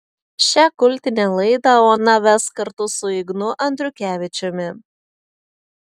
šią kultinę laidą ona ves kartu su ignu andriukevičiumi